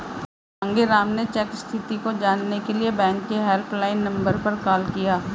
मांगेराम ने चेक स्थिति को जानने के लिए बैंक के हेल्पलाइन नंबर पर कॉल किया